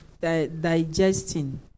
digesting